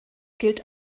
gilt